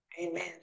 amen